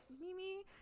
Mimi